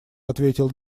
ответил